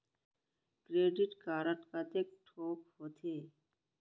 Credit card कतेक ठोक होथे?